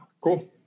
cool